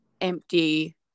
empty